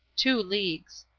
two leagues.